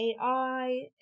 AI